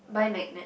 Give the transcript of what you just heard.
buy magnet